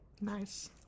Nice